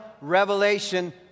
revelation